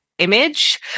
image